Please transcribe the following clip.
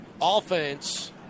offense